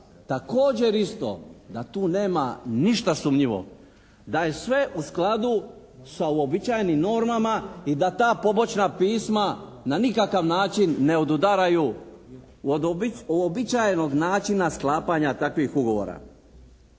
također isto da tu nema ništa sumnjivo, da je sve u skladu sa uobičajenim normama i da ta pobočna pisma na nikakav način ne odudaraju od uobičajenog načina sklapanja takvih ugovora.